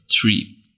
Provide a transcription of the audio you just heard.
three